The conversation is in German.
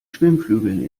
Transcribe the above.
schwimmflügeln